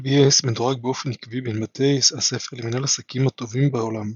LBS מדורג באופן עקבי בין בתי הספר למנהל עסקים הטובים בעולם.